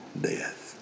death